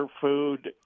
food